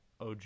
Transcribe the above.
OG